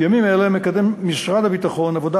בימים אלה מקדם משרד הביטחון עבודה